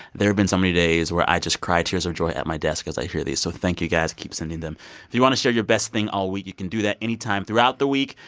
there have been so many days where i just cry tears of joy at my desk as i hear these. so thank you guys. keep sending them if you want to share your best thing all week, you can do that any time throughout the week.